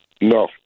No